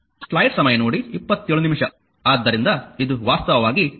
1 mho G ವಾಹಕತೆಯನ್ನು ನೀಡಲಾಗಿದೆ ಸರಿ